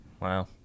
Wow